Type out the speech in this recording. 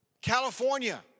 California